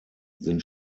sind